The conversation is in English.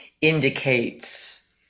indicates